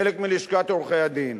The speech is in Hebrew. חלק מלשכת עורכי-הדין.